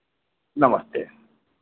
नमस्ते